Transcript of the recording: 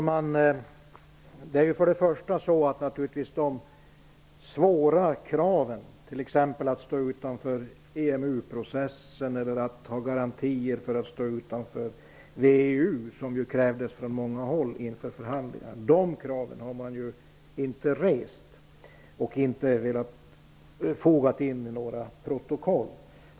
Herr talman! De tunga krav att stå utanför EMU processen, att ha garantier för att kunna stå utanför VEU som ställdes från många håll inför förhandlingarna har ju inte rests och inte fogats in i några protokoll.